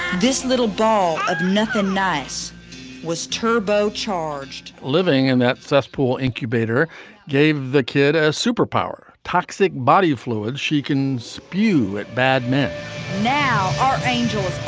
this little ball of nothing nice was turbo charged living in that cesspool incubator gave the kid a superpower toxic body fluids she can spew at bad men now our angel